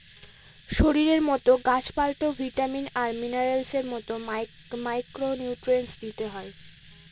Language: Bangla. শরীরের মতো গাছ পালতেও ভিটামিন আর মিনারেলস এর মতো মাইক্র নিউট্রিয়েন্টস দিতে হয়